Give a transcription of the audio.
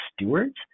stewards